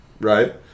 right